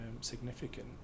significant